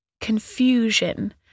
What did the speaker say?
confusion